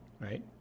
right